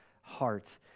heart